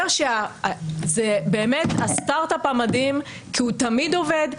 זה באמת הסטארט-אפ המדהים כי הוא תמיד עובד,